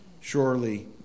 surely